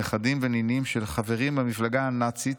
נכדים ונינים של חברים במפלגה הנאצית